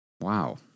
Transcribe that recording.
wow